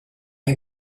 you